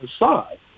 aside